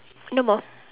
no more